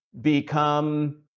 become